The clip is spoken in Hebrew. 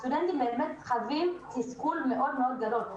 הסטודנטים חווים תסכול מאוד גדול.